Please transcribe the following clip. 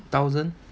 thousand